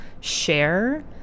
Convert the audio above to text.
share